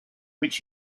which